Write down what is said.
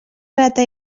rata